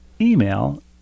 email